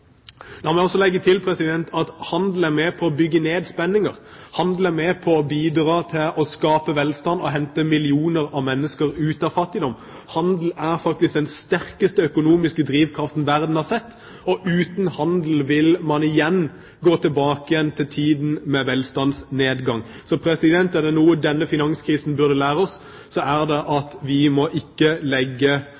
La meg også legge til at handel er med på å bygge ned spenninger. Handel er med på å bidra til å skape velstand og å hente millioner av mennesker ut av fattigdom. Handel er faktisk den sterkeste økonomiske drivkraften verden har sett, og uten handel vil man igjen gå tilbake til tiden med velstandsnedgang. Er det noe denne finanskrisen burde lære oss, er det